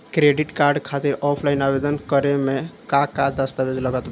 Credit card खातिर offline आवेदन करे म का का दस्तवेज लागत बा?